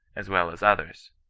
as well as others.